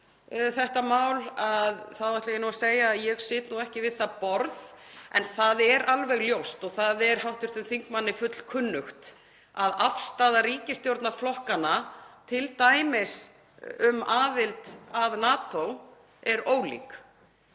um þetta mál þá ætla ég að segja að ég sit nú ekki við það borð en það er alveg ljóst, og það er hv. þingmanni fullkunnugt um, að afstaða ríkisstjórnarflokkanna til t.d. aðildar að NATO er ólík.